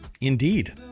Indeed